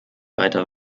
weiter